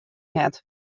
net